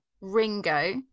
Ringo